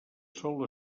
sol